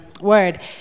word